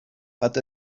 but